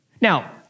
Now